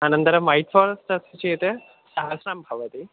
अनन्तरम् ऐफ़ारेस्ट् अस्ति चेत् सहस्रं भवति